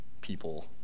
people